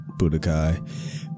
Budokai